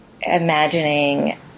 imagining